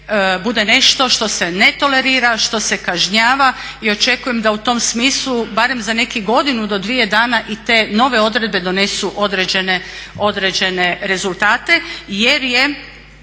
bude nešto što se ne tolerira, što se kažnjava i očekujem da u tom smislu barem za nekih godinu do dvije dana i te nove odredbe donesu određene rezultate jer je